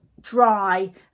dry